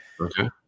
Okay